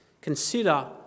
Consider